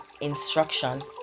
instruction